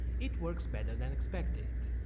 it works better than expected.